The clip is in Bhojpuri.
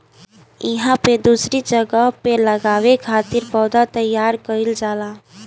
इहां पे दूसरी जगह पे लगावे खातिर पौधा तईयार कईल जाला